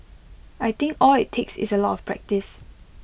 I think all IT takes is A lot of practice